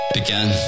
Begin